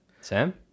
Sam